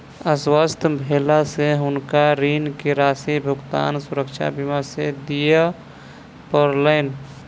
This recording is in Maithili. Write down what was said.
अस्वस्थ भेला से हुनका ऋण के राशि भुगतान सुरक्षा बीमा से दिय पड़लैन